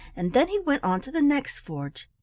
and then he went on to the next forge,